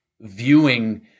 viewing